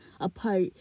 apart